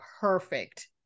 perfect